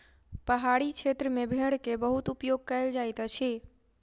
पहाड़ी क्षेत्र में भेड़ के बहुत उपयोग कयल जाइत अछि